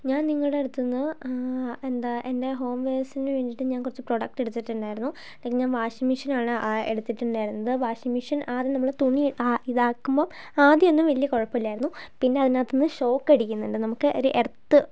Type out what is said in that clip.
ഞാൻ നിങ്ങളുടെ അടുത്തു നിന്നു എന്താ എൻ്റെ ഹോം വെയേഴ്സിനു വേണ്ടിയിട്ട് ഞാൻ കുറച്ചു പ്രോഡക്ട് എടുത്തിട്ടുണ്ടായിരുന്നു ഞാൻ വാഷിങ്ങ് മെഷീനാണ് എടുത്തിട്ടുണ്ടായിരുന്നത് വാഷിങ്ങ് മെഷീൻ ആദ്യം നമ്മൾ തുണി ആ ഇതാക്കുമ്പം ആദ്യം ഒന്നും വലിയ കുഴപ്പമില്ലായിരുന്നു പിന്നെ അതിനകത്തു നിന്ന് ഷോക്ക് അടിക്കുന്നുണ്ട് നമുക്ക് ഒരു എർത്ത്